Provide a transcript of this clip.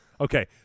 Okay